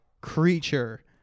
creature